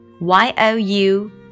Y-O-U